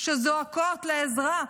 שזועקות לעזרה,